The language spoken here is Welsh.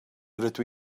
rydw